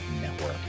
network